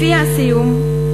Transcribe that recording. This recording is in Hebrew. לפני סיום,